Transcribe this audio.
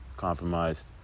compromised